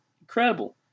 incredible